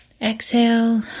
exhale